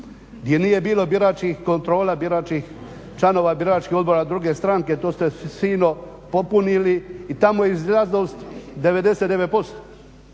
Gdje nije bilo biračkih kontrola, članova biračkih odbora druge stranke to ste fino popunili i tamo je izlaznost 99%.